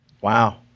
Wow